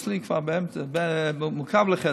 בכל בתי החולים זה הולך להיות.